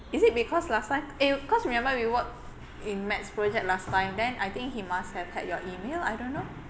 is it because last time eh cause remember we work in maths project last time then I think he must have had your email I don't know